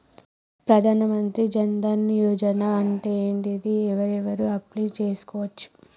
ప్రధాన మంత్రి జన్ ధన్ యోజన అంటే ఏంటిది? ఎవరెవరు అప్లయ్ చేస్కోవచ్చు?